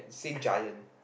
say giant